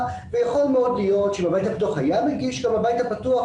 ויכול מאוד להיות שאם הבית הפתוח היה מגיש הוא היה מקבל